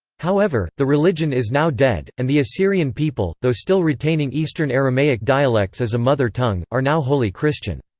however, the religion is now dead, and the assyrian people, though still retaining eastern aramaic dialects as a mother tongue, are now wholly christian.